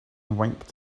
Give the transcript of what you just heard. winked